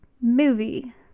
movie